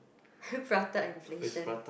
prata inflation